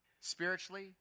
spiritually